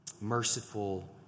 merciful